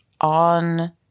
on